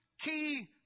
key